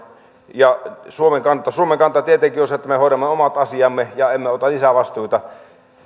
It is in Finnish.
suomen kanta suomen kanta tietenkin on se että me hoidamme omat asiamme ja emme ota lisävastuita